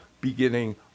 beginning